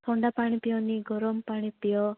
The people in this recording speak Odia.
ଥଣ୍ଡା ପାଣି ପିଅନି ଗରମ ପାଣି ପିଅ